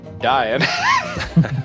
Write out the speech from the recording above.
dying